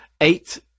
eight